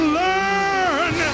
learn